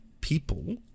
people